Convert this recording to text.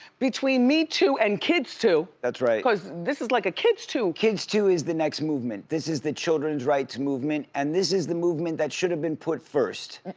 between me too and kids too. that's right. cause this is like a kids too. kids too is the next movement. this is the children's right to movement and this is the movement that should have been put first.